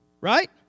Right